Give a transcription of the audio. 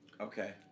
Okay